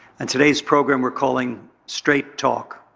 and today's program we're calling straight talk.